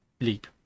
leap